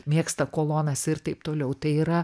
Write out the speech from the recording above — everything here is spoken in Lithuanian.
mėgsta kolonas ir taip toliau tai yra